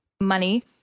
money